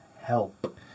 help